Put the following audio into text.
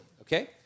Okay